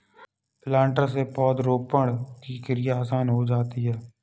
planter से पौधरोपण की क्रिया आसान हो जाती है